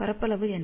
பரப்பளவு என்ன